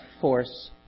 force